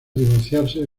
divorciarse